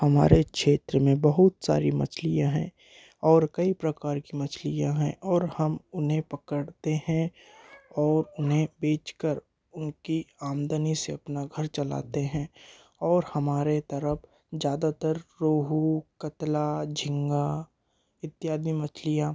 हमारे क्षेत्र में बहुत सारी मछलियाँ है और कई प्रकार की मछलियाँ हैं और हम उन्हें पकड़ते हैं और उन्हें बेच कर उनकी आमदनी से अपना घर चलाते हैं और हमारे तरफ ज़्यादातर रोहू कतला झींगा इत्यादि मछलियाँ